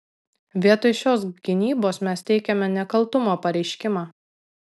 vietoj šios gynybos mes teikiame nekaltumo pareiškimą